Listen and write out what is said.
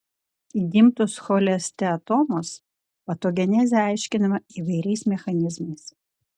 įgimtos cholesteatomos patogenezė aiškinama įvairiais mechanizmais